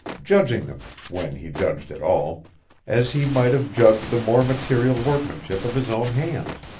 judging them when he judged at all as he might have judged the more material workmanship of his own hands.